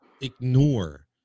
ignore